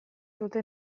dute